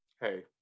hey